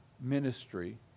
ministry